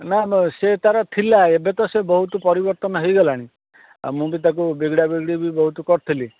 ନା ନା ସେ ତା'ର ଥିଲା ଏବେ ତ ସେ ବହୁତ ପରିବର୍ତ୍ତନ ହେଇଗଲାଣି ଆଉ ମୁଁ ବି ତାକୁ ବିଗିଡ଼ା ବିଗିଡ଼ି ବି ବହୁତ କରିଥିଲି